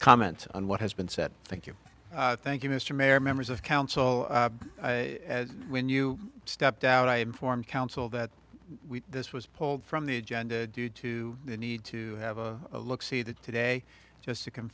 comment on what has been said thank you thank you mr mayor members of council when you stepped out i inform council that this was pulled from the agenda due to the need to have a look see that today just to co